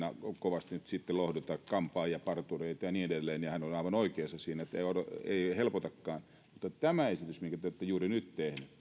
kovasti nyt sitten lohduta kampaajia partureita ja niin edelleen hän on aivan oikeassa siinä eivät ne helpotakaan mutta tämä esitys minkä te olette juuri nyt